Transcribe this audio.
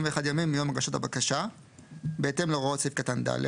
ימים מיום הגשת הבקשה בהתאם להוראות סעיף קטן (ד)